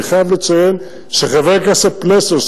ואני חייב לציין שחבר הכנסת פלסנר,